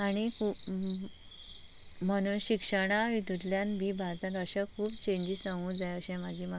आनी म्हनून शिक्षणा हितूंतल्यान बी भारतांत अशें खूब चेंजीस जावूं जाय अशें म्हाजें मत